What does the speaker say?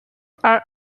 are